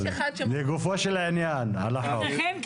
לגופו של עניין, על החוק.